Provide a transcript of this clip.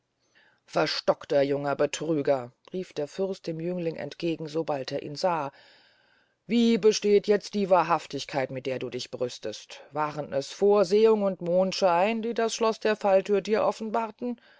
verstockter junger betrüger rief der fürst dem jüngling entgegen sobald er ihn sah wie besteht jetzt die wahrhaftigkeit mit der du dich brüstest waren es vorsehung und mondschein die das schloß der fallthür dir offenbarten